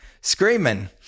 screaming